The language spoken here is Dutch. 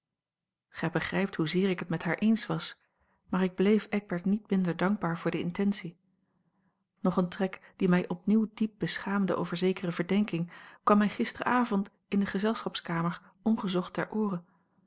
gij begrijpt hoezeer ik het met haar eens was maar ik bleef eckbert niet minder dankbaar voor de intentie nog een trek die mij opnieuw diep beschaamde over zekere verdenking kwam mij gisteravond in de gezelschapskamer ongezocht ter oore